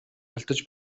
алдаж